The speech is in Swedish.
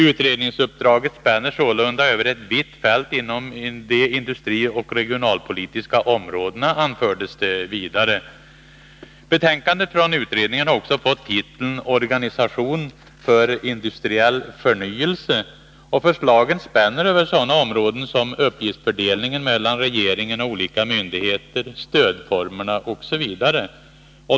Utredningsuppdraget spänner sålunda över ett vitt fält inom de industrioch regionalpolitiska områdena, anfördes vidare. Betänkandet från utredningen har också fått titeln Organisation för industriell förnyelse, och förslagen spänner över sådana områden som uppgiftsfördelningen mellan regeringen och olika myndigheter, stödformerna osv.